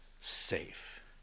safe